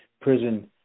prison